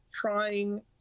trying